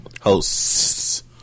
Hosts